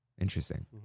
Interesting